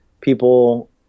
people